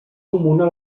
comuna